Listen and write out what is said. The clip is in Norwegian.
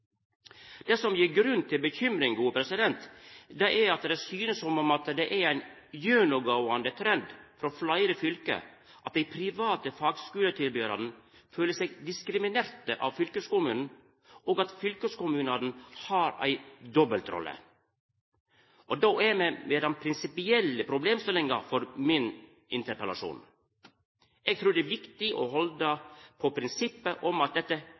Det som gir grunn til bekymring, er at det synest som om det er ein gjennomgåande trend frå fleire fylke at dei private fagskuletilbydarane føler seg diskriminerte av fylkeskommunane, og at fylkeskommunane har ei dobbeltrolle. Då er me ved den prinsipielle problemstillinga for min interpellasjon. Eg trur det er viktig å halda på prinsippet om at dette